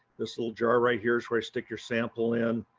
this little jar right here's where i stick your sample in.